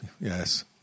yes